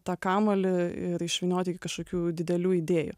tą kamuolį ir išvyniot iki kažkokių didelių idėjų